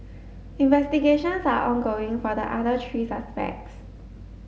investigations are ongoing for the other three suspects